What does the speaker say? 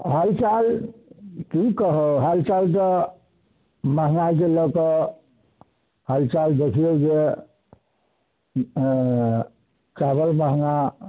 हालचाल की कहब हालचाल तऽ महँगाइके लऽ कऽ हालचाल देखियै जे अऽ चावल महगा